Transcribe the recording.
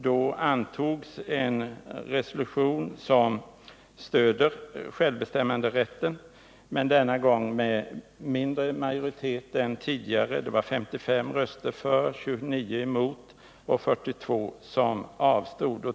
Då antogs i kolonialkommittén en resolution som stöder självbestämmanderätten, men denna gång med mindre majoritet än tidigare — det var 55 röster för, 29 emot och 42 avstod.